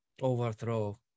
overthrow